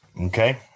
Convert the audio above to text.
Okay